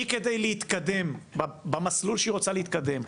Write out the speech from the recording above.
היא כדי להתקדם במסלול שהיא רוצה להתקדם,